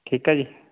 ਠੀਕ ਹੈ ਜੀ